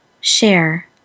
share